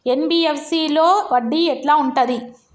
NBFC లో వడ్డీ ఎట్లా ఉంటది?